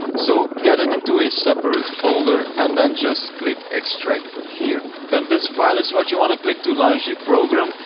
so get it into a separate folder and then just click extract here. then this file is what you wanna click to launch the program,